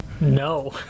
No